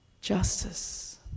justice